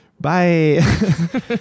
Bye